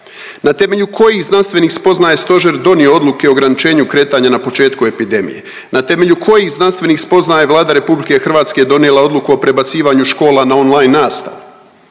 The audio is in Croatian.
Na temelju kojih znanstvenih spoznaja je stožer donio odluke o ograničenju kretanja na početku epidemije? Na temelju kojih znanstvenih spoznaja je Vlada RH donijela odluku o prebacivanju škola na online nastavu?